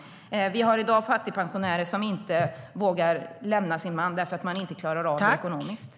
Vi har i dag fattigpensionärer som inte vågar lämna sina män för att de inte klarar av det ekonomiskt.